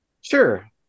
Sure